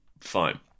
Fine